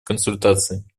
консультации